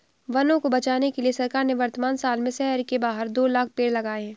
वनों को बचाने के लिए सरकार ने वर्तमान साल में शहर के बाहर दो लाख़ पेड़ लगाए हैं